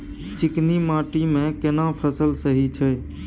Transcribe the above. चिकनी माटी मे केना फसल सही छै?